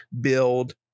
build